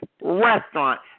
restaurant